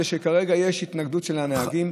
משום שכרגע יש התנגדות של הנהגים.